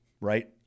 right